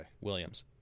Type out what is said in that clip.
Williams